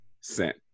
sent